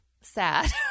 sad